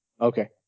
Okay